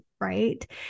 right